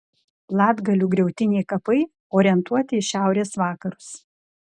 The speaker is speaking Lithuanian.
latgalių griautiniai kapai orientuoti į šiaurės vakarus